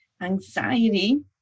anxiety